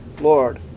Lord